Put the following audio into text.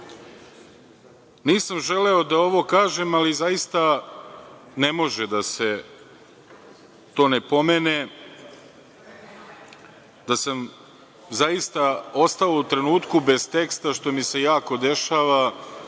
želeo da ovo kažem, ali zaista ne može da se to ne pomene, da sam zaista ostao u trenutku bez teksta, što mi se jako dešava,